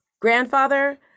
grandfather